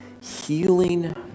healing